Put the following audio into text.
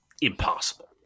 impossible